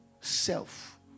Self